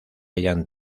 hallan